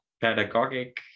pedagogic